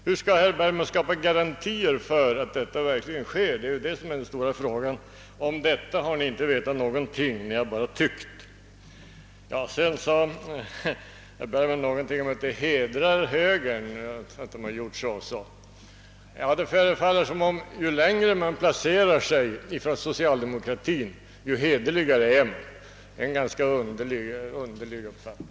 Hur skall herr Bergman skapa garantier för att detta verkligen sker? Det är den stora frågan. Om detta har ni inte vetat någonting; ni har bara tyckt. I fortsättningen sade herr Bergman något om att det hedrar högern att den har gjort så och så. Det förefaller som om ju längre man placerar sig från socialdemokratin, desto hederligare är man. Det är en ganska underlig uppfattning.